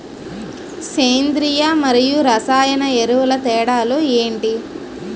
సేంద్రీయ మరియు రసాయన ఎరువుల తేడా లు ఏంటి?